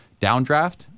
downdraft